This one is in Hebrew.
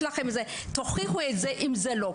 תוכיחו אם לא.